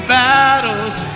battles